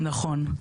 כן, נכון.